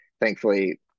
thankfully